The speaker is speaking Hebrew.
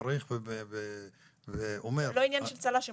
מעריך ואומר --- זה לא עניין של צל"שים,